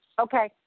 okay